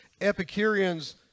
Epicureans